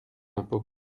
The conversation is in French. impôts